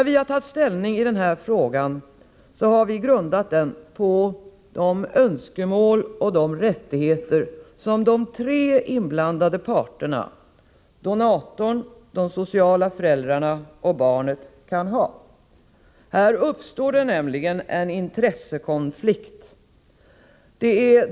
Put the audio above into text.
Vår inställning i denna fråga grundar sig på de önskemål och rättigheter som de tre parterna — donatorn, de sociala föräldrarna och barnet — kan ha. Här uppstår nämligen en intressekonflikt.